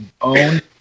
own